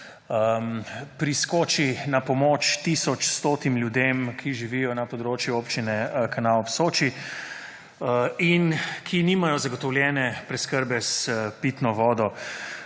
priskoči na pomoč tisoč 100 ljudem, ki živijo na področju Občine Kanal ob Soči in ki nimajo zagotovljene preskrbe s pitno vodo.